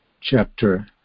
chapter